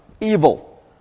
Evil